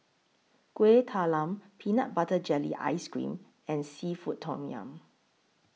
Kueh Talam Peanut Butter Jelly Ice Cream and Seafood Tom Yum